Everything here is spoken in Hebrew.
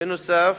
בנוסף,